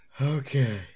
Okay